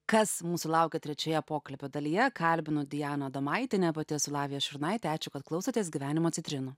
kas mūsų laukia trečioje pokalbio dalyje kalbinu dianą adomaitienę pati esu lavija šurnaitė ačiū kad klausotės gyvenimo citrinų